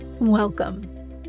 Welcome